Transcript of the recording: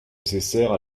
nécessaires